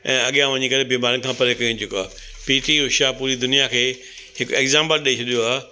ऐं अॻियां वञी करे बीमारियुनि खां परे कयूं जेको आ पीटी उषा पूरी दुनिया खे हिकु एग्ज़ांपल ॾेई सॼो आहे